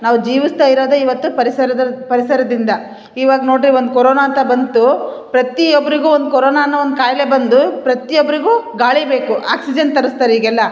ನಾವು ಜೀವಿಸ್ತ ಇರೋದೆ ಇವತ್ತು ಪರಿಸರದ ಪರಿಸರದಿಂದ ಇವಾಗ ನೋಡಿರಿ ಒಂದು ಕೊರೋನ ಅಂತ ಬಂತು ಪ್ರತಿ ಒಬ್ಬರಿಗು ಒನ್ ಕೊರೋನ ಅನ್ನೋ ಒಂದು ಕಾಯಿಲೆ ಬಂದು ಪ್ರತ್ಯೋಬ್ರಿಗು ಗಾಳಿ ಬೇಕು ಆಕ್ಸಿಜನ್ ತರಸ್ತಾರೆ ಈಗೆಲ್ಲ